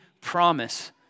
promise